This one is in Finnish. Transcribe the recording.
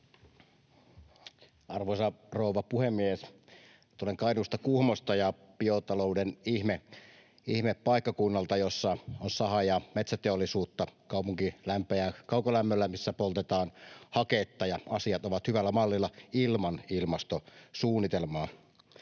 Arvoisa rouva puhemies! Tulen Kainuusta, Kuhmosta ja biotalouden ihmepaikkakunnalta, jossa on saha- ja metsäteollisuutta. Kaupunki lämpeää kaukolämmöllä, missä poltetaan haketta, ja asiat ovat hyvällä mallilla ilman ilmastosuunnitelmaa.